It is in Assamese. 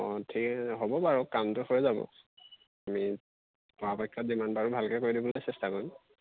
অঁ ঠিকে হ'ব বাৰু কামটো হৈ যাব আমি পৰাপক্ষত যিমান পাৰো ভালকৈ কৰি দিবলৈ চেষ্টা কৰিম